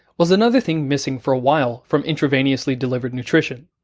was another thing missing for a while from intravenously delivered nutrition.